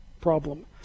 problem